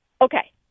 Okay